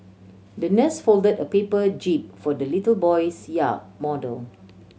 the nurse folded a paper jib for the little boy's yacht model